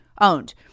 owned